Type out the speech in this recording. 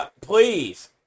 Please